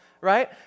right